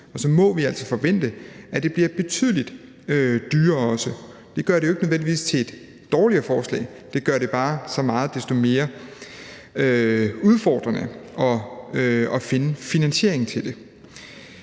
Og så må vi altså forvente, at det også bliver betydelig dyrere. Det gør det ikke nødvendigvis til et dårligere forslag. Det gør det bare så meget desto mere udfordrende at finde finansiering til det.